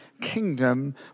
kingdom